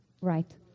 right